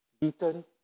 beaten